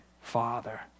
Father